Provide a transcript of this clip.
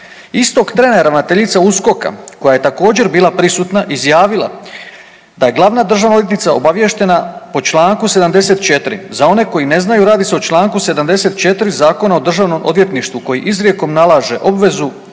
Istog trena ravnateljica USKOK-a koja je također bila prisutna izjavila da je glavna državna odvjetnica obaviještena po čl. 74. Za one koji ne znaju radi se o čl. 74. Zakona o državnom odvjetništvu koji izrijekom nalaže obvezu